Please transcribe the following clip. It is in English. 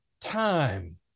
time